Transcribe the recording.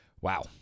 wow